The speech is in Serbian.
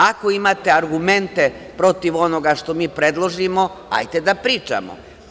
Ako imate argumente protiv onoga što mi predložimo, hajde da pričamo.